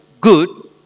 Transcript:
good